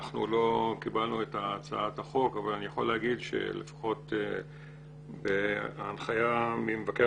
לא קיבלנו את הצעת החוק אבל אני יכול לומר שלפחות בהנחיה ממבקר